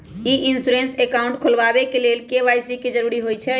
ई insurance account खोलबाबे के लेल के.वाई.सी के जरूरी होइ छै